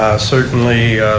certainly